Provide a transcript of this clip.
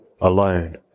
alone